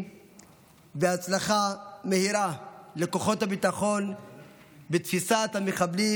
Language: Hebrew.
והצלחה מהירה לכוחות הביטחון בתפיסת המחבלים.